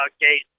gate